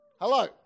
Hello